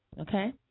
Okay